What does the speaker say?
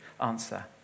answer